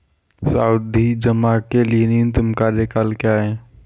सावधि जमा के लिए न्यूनतम कार्यकाल क्या है?